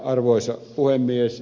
arvoisa puhemies